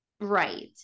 right